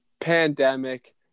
pandemic